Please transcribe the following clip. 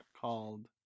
called